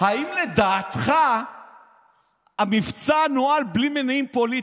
האם לדעתך המבצע נוהל בלי מניעים פוליטיים?